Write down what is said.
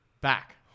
Back